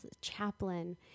chaplain